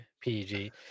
PG